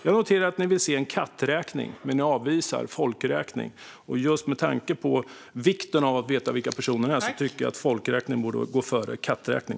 Jag noterar att ni vill se en katträkning, men ni avvisar folkräkning. Med tanke på vikten av att veta vilka personer det är tycker jag att folkräkning borde gå före katträkning.